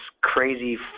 crazy